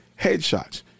headshots